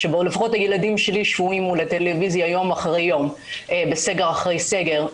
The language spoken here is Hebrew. שבה לפחות הילדים שלי יושבים מול הטלוויזיה יום אחרי יום בסגר אחרי סגר,